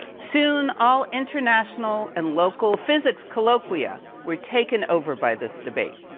soon all international and local physics colloquia were taken over by this debate.